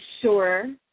sure